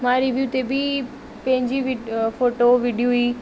मां रिव्यू ते बि पंहिंजी वि फोटो विधी हुई